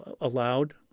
allowed